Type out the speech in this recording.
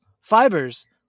fibers